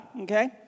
okay